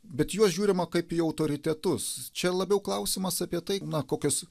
bet į juos žiūrima kaip į autoritetus čia labiau klausimas apie tai na kokios